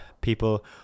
people